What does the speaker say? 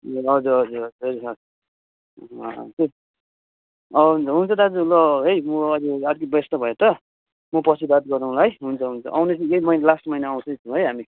ए हजुर हजुर हजुर हुन्छ हुन्छ दाजु ल है म अहिले अलिक व्यस्त भएँ त म पछि बात गरौँला है हुन्छ हुन्छ आउने यही महिना लास्ट महिना आउँछु नि है हामी